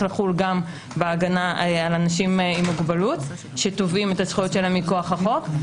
לחול גם בהגנה על אנשים עם מוגבלות שתובעים את זכויותיהם מכוח החוק.